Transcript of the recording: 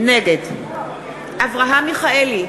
נגד אברהם מיכאלי,